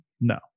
No